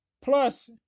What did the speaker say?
Plus